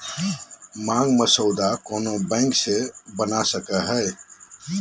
मांग मसौदा कोनो बैंक से बना सको हइ